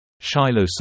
Shiloh